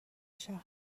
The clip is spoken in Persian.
شهر